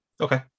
Okay